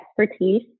expertise